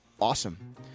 awesome